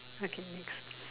okay next